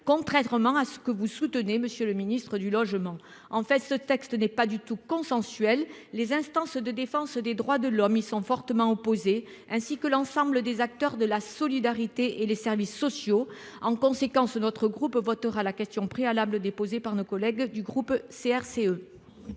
contrairement à ce que vous soutenez Monsieur le Ministre du logement en fait. Ce texte n'est pas du tout consensuel les instances de défense des droits de l'homme y sont fortement opposés ainsi que l'ensemble des acteurs de la solidarité et les services sociaux. En conséquence, notre groupe votera la question préalable déposée par nos collègues du groupe CRCE.